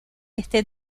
este